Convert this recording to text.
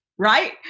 right